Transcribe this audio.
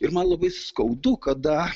ir man labai skaudu kada